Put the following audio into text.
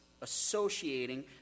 associating